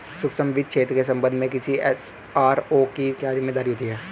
सूक्ष्म वित्त क्षेत्र के संबंध में किसी एस.आर.ओ की क्या जिम्मेदारी होती है?